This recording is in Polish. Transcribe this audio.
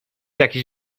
jakiś